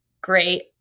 great